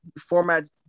formats